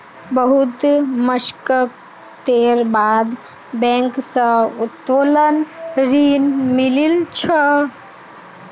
बहुत मशक्कतेर बाद बैंक स उत्तोलन ऋण मिलील छ